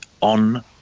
On